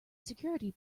security